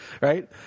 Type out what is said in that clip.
right